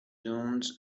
dunes